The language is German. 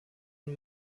and